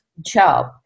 job